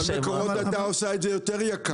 מקורות הייתה עושה את זה יותר יקר.